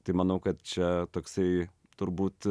tai manau kad čia toksai turbūt